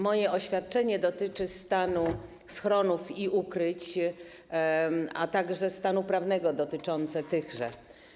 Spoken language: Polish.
Moje oświadczenie dotyczy stanu schronów i ukryć, a także stanu prawnego dotyczącego tych obiektów.